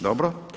Dobro.